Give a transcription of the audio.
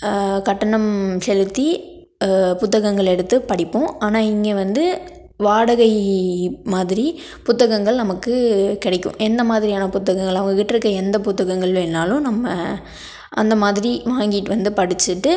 கட்டணம் செலுத்தி புத்தகங்கள் எடுத்து படிப்போம் ஆனால் இங்கே வந்து வாடகை மாதிரி புத்தகங்கள் நமக்கு கிடைக்கும் என்ன மாதிரியான புத்தகங்கள் அவங்கக் கிட்டே இருக்கிற எந்த புத்தகங்கள் வேணாலும் நம்ம அந்த மாதிரி வாங்கிட்டு வந்து படிச்சுட்டு